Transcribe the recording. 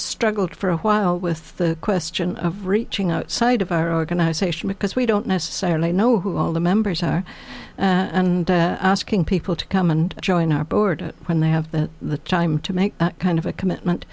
struggled for a while with the question of reaching outside of our organization because we don't necessarily know who all the members are and asking people to come and join our board when they have the time to make kind of a commitment